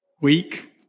weak